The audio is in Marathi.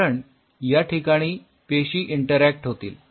कारण या ठिकाणी पेशी इंटरऍक्ट होतील